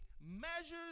measures